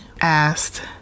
asked